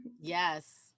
yes